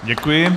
Děkuji.